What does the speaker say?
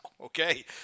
Okay